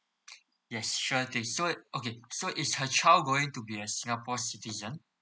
yes sure thing so okay so is her child going to be a singapore citizen